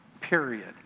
period